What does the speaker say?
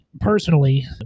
personally